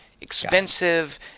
expensive